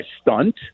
stunt